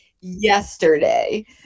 yesterday